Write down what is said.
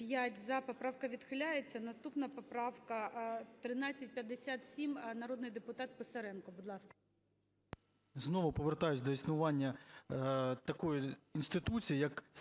Знову повертаюсь до існування такої інституції, як